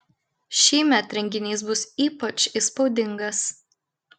šįmet renginys bus ypač įspūdingas